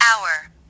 hour